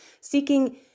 seeking